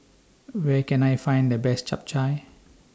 Where Can I Find The Best Chap Chai